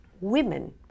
women